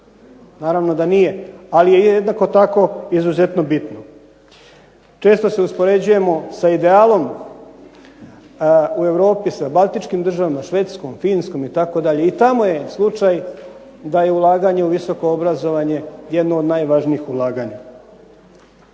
Naravno da nije, ali je jednako tako izuzetno bitno. Često se uspoređujemo sa idealom u Europi, sa baltičkim državama, Švedskom, Finskom, itd., i tamo je slučaj da je ulaganje u visoko obrazovanje jedno od najvažnijih ulaganja.